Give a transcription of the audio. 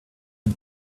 and